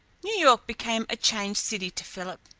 new york became a changed city to philip.